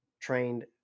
trained